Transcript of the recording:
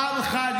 פעם אחת,